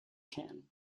can